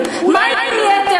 אולי בקיבוצים יקלטו אותם?